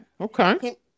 Okay